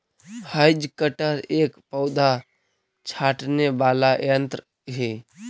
hedge cutter एक पौधा छाँटने वाला यन्त्र ही